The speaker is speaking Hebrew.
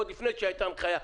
עוד לפני שהייתה הנחיה,